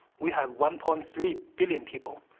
we have one point three billion people.